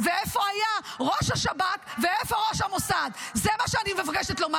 ואיפה היה ראש השב"כ ואיפה ראש המוסד -- ועדת חקירה ממלכתית,